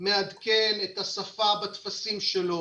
מעדכן את השפה בטפסים שלו